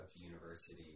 university